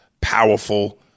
powerful